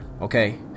okay